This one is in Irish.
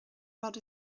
rud